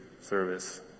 service